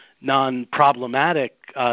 non-problematic